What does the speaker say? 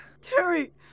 Terry